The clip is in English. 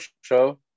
show